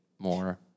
more